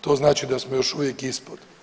To znači da smo još uvijek ispod.